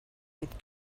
with